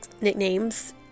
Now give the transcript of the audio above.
nicknames